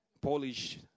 Polish